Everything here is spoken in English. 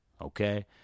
Okay